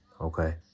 okay